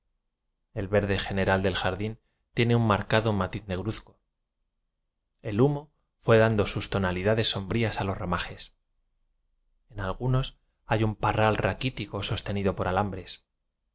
el verde general del jardín tiene un marcado matiz negruz co el humo fué dando sus tonalidades sombrías a los ramajes en algunos hay un parral raquítico sostenido por alambres